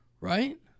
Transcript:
right